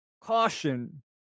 caution